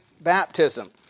baptism